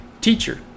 teacher